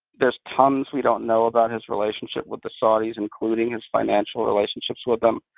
there's tons we don't know about his relationship with the saudis, including his financial relationships with them.